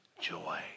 joy